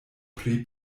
pri